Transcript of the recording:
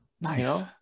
Nice